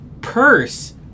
purse